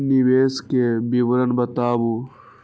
निवेश के विवरण बताबू?